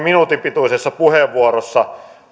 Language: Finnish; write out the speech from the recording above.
minuutin pituisessa puheenvuorossa